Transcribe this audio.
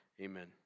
amen